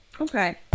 Okay